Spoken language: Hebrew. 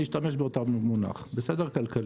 אני אשתמש באותו מונח, כלכלי.